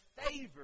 favor